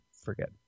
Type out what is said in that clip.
forget